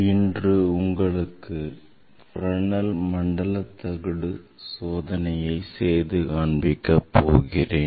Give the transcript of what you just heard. இன்று உங்களுக்கு Fresnel மண்டல தகடு சோதனையை செய்து காண்பிக்க போகிறேன்